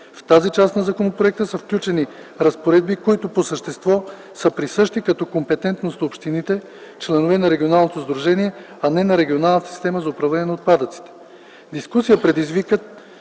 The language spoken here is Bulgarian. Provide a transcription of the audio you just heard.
В тази част на законопроекта са включени разпоредби, които по същество са присъщи като компетентност на общините, членове на регионалното сдружение, а не на регионалната система за управление на отпадъците. Дискусия предизвикват